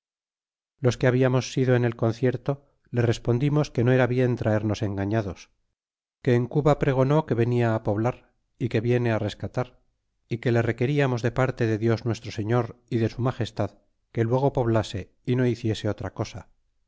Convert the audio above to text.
los que hablamos sido en el concierto le respondimos que no era bien traernos engañados que en cuba pregonó que venia poblar é que viene rescatar y que le requeriamos de parte de dios nuestro señor y de su magestad que luego poblase y no hiciese otra cosa